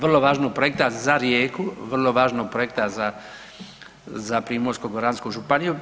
Vrlo važnog projekta za Rijeku, vrlo važnog projekta za Primorsko-goransku županiju.